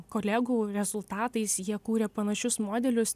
kolegų rezultatais jie kūrė panašius modelius